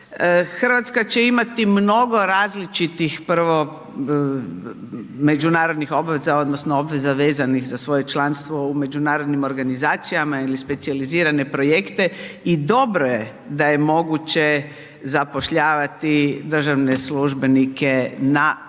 Hrvatska će imati mnogo različitih prvo međunarodnih obaveza odnosno obveza vezanih za svoje članstvo u međunarodnim organizacijama ili specijalizirane projekte i dobro je da je moguće zapošljavati državne službenike na projekte